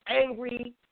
angry